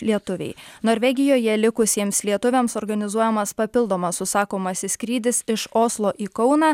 lietuviai norvegijoje likusiems lietuviams organizuojamas papildomas užsakomasis skrydis iš oslo į kauną